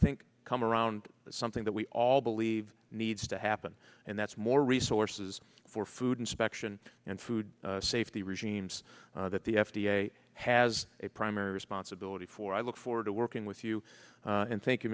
think come around something that we all believe needs to happen and that's more resources for food inspection and food safety regimes that the f d a has a primary responsibility for i look forward to working with you and thank